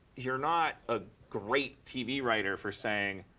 you're not a great tv writer for saying,